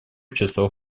часов